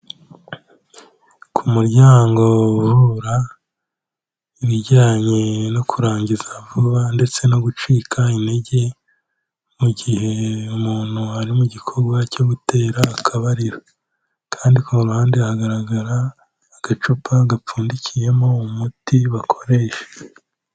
Ku muryango uvura ibijyanye no kurangiza vuba ndetse no gucika intege mu gihe umuntu ari mu gikorwa cyo gutera akabariro kandi ku ruhande hagaragara agacupa gapfundikiyemo umuti bakoresha.